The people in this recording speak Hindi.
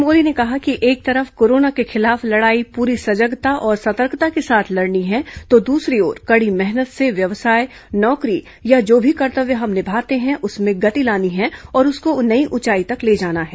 श्री मोदी ने कहा कि एक तरफ कोरोना के खिलाफ लड़ाई पूरी सजगता और सतर्कता के साथ लड़नी है तो दूसरी ओर कडी मेहनत से व्यवसाय नौकरी या जो भी कर्तव्य हम निभाते हैं उसमें गति लानी है और उसको नई ऊंचाई तक ले जाना है